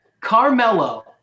Carmelo